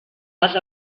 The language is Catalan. les